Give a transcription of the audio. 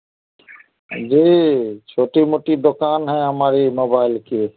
जी छोटी मोटी दोकान है हमारी मोबाइल की